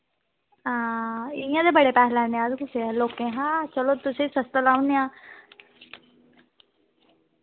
हां इयां ते बड़े पैसे लैन्ने अस कुसै शा लोकें शा चलो तुसें सस्ता लाई ओड़ने आं